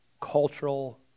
cultural